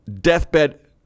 deathbed